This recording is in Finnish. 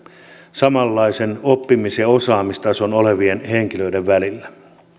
samanlaisen oppimis ja osaamistason omaavien henkilöiden välillä